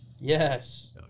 Yes